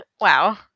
Wow